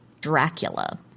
Dracula